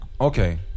okay